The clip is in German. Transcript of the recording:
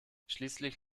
schließlich